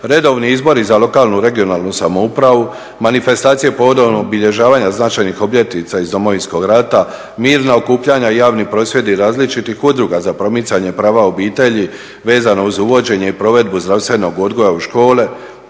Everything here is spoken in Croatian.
redovni izbori za lokalnu i regionalnu samoupravu, manifestacije povodom obilježavanja značajnih obljetnica iz Domovinskog rata, mirna okupljanja i javni prosvjedi različitih udruga za promicanje prava obitelji vezano uz uvođenje i provedbu zdravstvenog odgoja u škole,